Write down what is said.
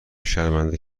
شرمنده